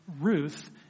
Ruth